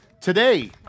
today